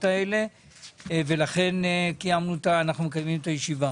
האלה ולכן אנחנו מקיימים את הישיבה.